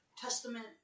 testament